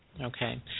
Okay